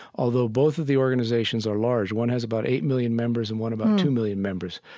although both of the organizations are large. one has about eight million members and one about two million members.